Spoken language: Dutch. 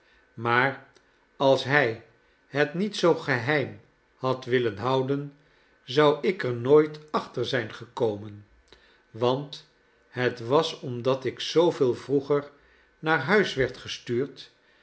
maar als hij het niet zoo geheim had willen houden zou ik er nooit achter zijn gekomen want het was omdat ik zooveel vroeger naar huis werd gestuurd